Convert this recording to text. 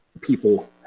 people